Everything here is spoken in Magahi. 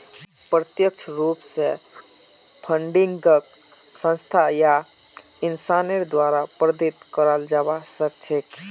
प्रत्यक्ष रूप स फंडिंगक संस्था या इंसानेर द्वारे प्रदत्त कराल जबा सख छेक